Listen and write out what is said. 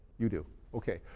you do. okay.